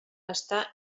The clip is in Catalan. està